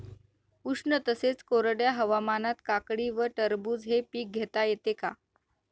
उष्ण तसेच कोरड्या हवामानात काकडी व टरबूज हे पीक घेता येते का?